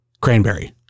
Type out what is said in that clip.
cranberry